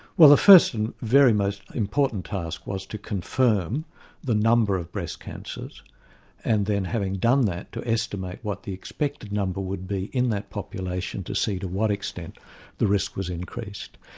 well the first and very most important task was to confirm the number of breast cancers and then, having done that, to estimate what the expected number would be in that population to see to what extent the risk was increased.